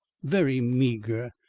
very meagre.